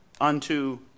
unto